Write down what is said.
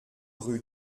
rue